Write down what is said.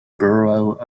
borough